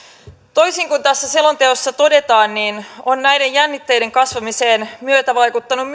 toisin kuin tässä selonteossa todetaan on näiden jännitteiden kasvamiseen myötävaikuttanut